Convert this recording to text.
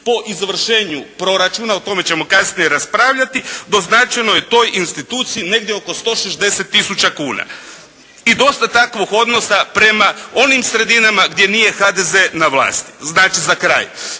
po izvršenju proračuna, o tome ćemo kasnije raspravljati, doznačeno je toj instituciji negdje oko 160 tisuća kuna. I dosta takvog odnosa prema onim sredinama gdje nije HDZ na vlasti. Znači, za kraj,